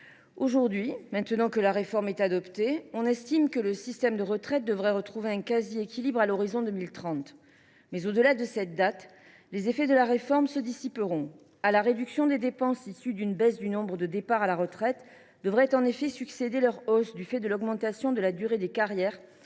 Aujourd’hui, alors que la réforme est adoptée, on estime que notre système des retraites devrait revenir au quasi équilibre à l’horizon 2030. Mais, au delà de cette échéance, les effets de la réforme se dissiperont : à la réduction des dépenses issues d’une baisse du nombre de départs à la retraite devrait en effet succéder leur hausse du fait de l’augmentation de la durée des carrières